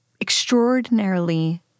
extraordinarily